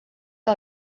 que